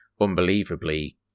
unbelievably